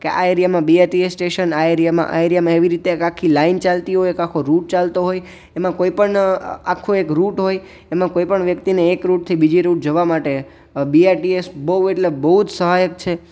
કે આ એરિયામાં બીઆરટીએસ સ્ટેશન આ એરિયામાં આ એરિયામાં એવી રીતે આખી લાઈન ચાલતી હોય એક આખો રુટ ચાલતો હોય એમાં કોઈ પણ આખો એક રુટ હોય એમાં કોઈ પણ આખો એક રુટ હોય એમા કોઈ પણ વ્યક્તિને એક રુટથી બીજે રુટ જવા માટે બીઆરટીએસ બહુ એટલે બહુ જ સહાયક છે